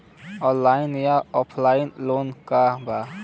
Online या offline loan का बा?